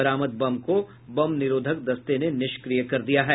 बरामद बम को बम निरोधक दस्ते ने निष्क्रिय कर दिया है